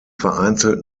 vereinzelt